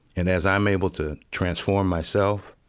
and as i'm able to transform myself,